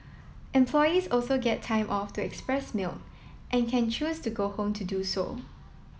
employees also get time off to express milk and can choose to go home to do so